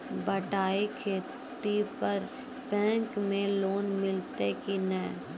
बटाई खेती पर बैंक मे लोन मिलतै कि नैय?